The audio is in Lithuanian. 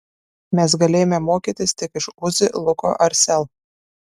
mes galėjome mokytis tik iš uzi luko ar sel